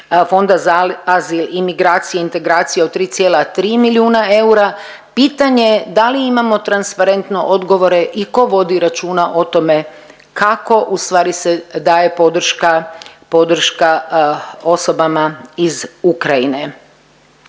Fonda za azil i migracije, integracije od 3,3 milijuna eura, pitanje da li imamo transparentno odgovore i tko vodi računa o tome kako ustvari se daje podrška, podrška osobama iz Ukrajine.